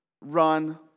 run